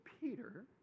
Peter